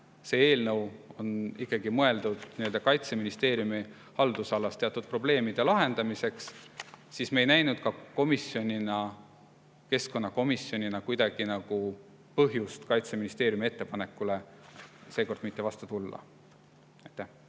see eelnõu on ikkagi mõeldud Kaitseministeeriumi haldusalas teatud probleemide lahendamiseks, siis me keskkonnakomisjonina ei näinud kuidagi põhjust Kaitseministeeriumi ettepanekule seekord mitte vastu tulla.